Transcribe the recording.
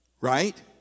Right